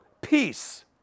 Peace